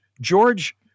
George